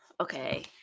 okay